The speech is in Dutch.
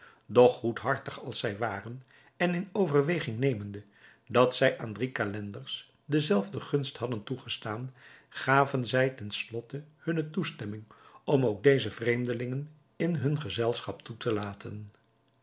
doch goedhartig als zij waren en in overweging nemende dat zij aan drie calenders de zelfde gunst hadden toegestaan gaven zij ten slotte hunne toestemming om ook deze vreemdelingen in hun gezelschap toe te laten